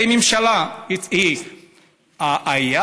האם הממשלה היא היעד,